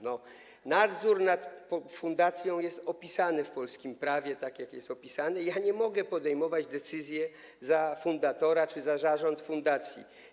Nadzór nad fundacją jest opisany w polskim prawie, tak jak jest opisany, i ja nie mogę podejmować decyzji za fundatora czy za zarząd fundacji.